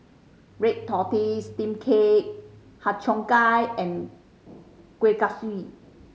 red tortoise steam cake Har Cheong Gai and Kueh Kaswi